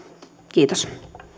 kiitos